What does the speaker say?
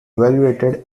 evaluated